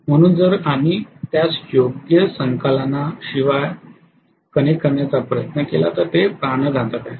म्हणून जर आम्ही त्यास योग्य संकालनाशिवाय कनेक्ट करण्याचा प्रयत्न केला तर ते प्राणघातक आहे